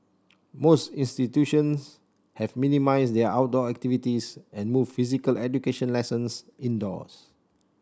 most institutions have minimised their outdoor activities and moved physical education lessons indoors